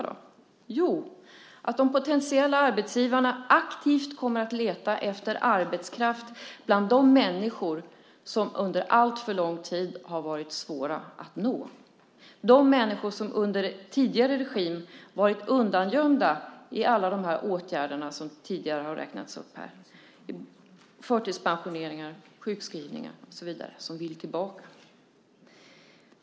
Jo, det innebär att de potentiella arbetsgivarna aktivt kommer att leta efter arbetskraft bland de människor som under alltför lång tid har varit svåra att nå, de människor som under tidigare regim varit undangömda i alla dessa åtgärder som tidigare har räknats upp - förtidspensioneringar, sjukskrivningar och så vidare - och som vill tillbaka.